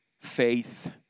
faith